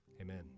Amen